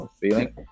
feeling